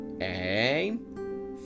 aim